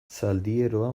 zaldieroa